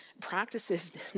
practices